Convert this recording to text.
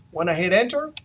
when i hit enter,